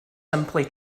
simply